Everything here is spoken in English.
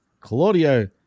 Claudio